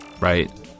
right